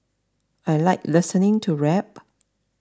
I like listening to rap